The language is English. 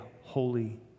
holy